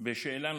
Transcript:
בשאלה נוקבת: